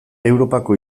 europako